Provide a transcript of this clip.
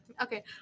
Okay